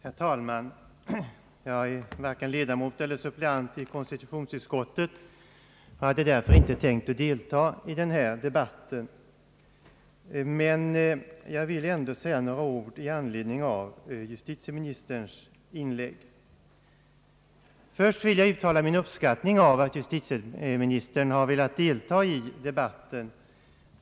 Herr talman! Jag är varken ledamot eller suppleant i konstitutionsutskottet och hade därför inte tänkt delta i den här debatten, men jag vill ändå säga ett par ord i anledning av justitieministerns inlägg. Först vill jag uttala min uppskattning av att justitieministern har velat delta i debatten.